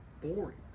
boring